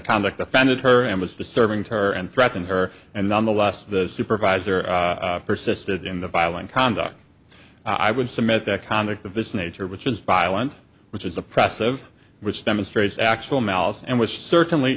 conduct offended her and was disturbing to her and threatened her and nonetheless the supervisor persisted in the violent conduct i would submit that conduct of this nature which is violent which is oppressive which demonstrates actual malice and which certainly